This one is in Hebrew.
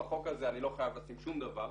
בחוק הזה לא חייב לשים שום דבר,